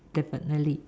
definitely